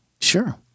Sure